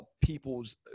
people's